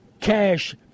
cash